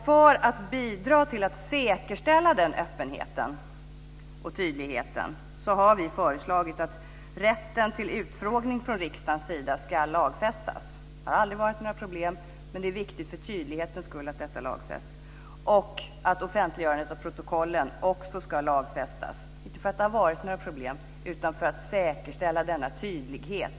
För att bidra till att säkerställa den öppenheten och tydligheten har vi föreslagit att rätten till utfrågning från riksdagens sida ska lagfästas. Det har aldrig varit några problem, men det är viktigt för tydlighetens skull att detta lagfästs. Offentliggörandet av protokollen ska också lagfästas, inte för att det har varit några problem utan för att säkerställa tydligheten.